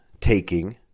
taking